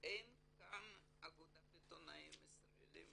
לא נמצאים נציגים של אגודת העיתונאים הישראלים